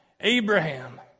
Abraham